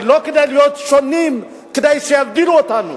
אבל לא כדי להיות שונים, כדי שיבדילו אותנו.